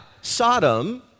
Sodom